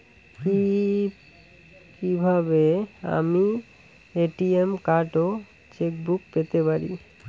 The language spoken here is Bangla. কি কিভাবে আমি এ.টি.এম কার্ড ও চেক বুক পেতে পারি?